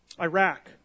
Iraq